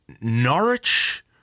Norwich